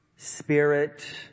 Spirit